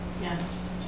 Yes